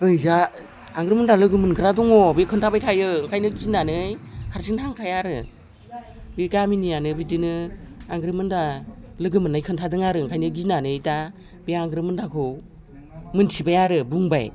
ओजा आंग्रोमोनदा लोगो मोनग्रा दङ बे खोनथाबाय थायो ओंखायनो गिनानै हारसिं थांखाया आरो बे गामिनियानो बिदिनो आंग्रोमोनदा लोगो मोननाय खोनथादों आरो ओंखायनो गिनानै दा बे आंग्रोमोनदाखौ मोनथिबाय आरो बुंबाय